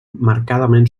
marcadament